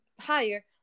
higher